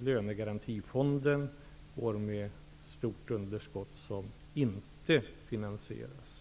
Lönegarantifonden går med ett stort underskott som inte finansieras.